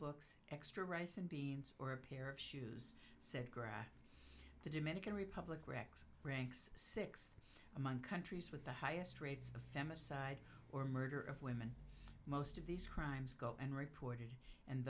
books extra rice and beans or a pair of shoes said grab the dominican republic rex ranks six among countries with the highest rates of femicide or murder of women most of these crimes go and reported and